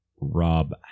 Rob